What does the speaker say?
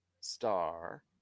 star